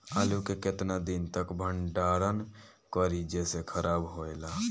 आलू के केतना दिन तक भंडारण करी जेसे खराब होएला?